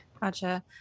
gotcha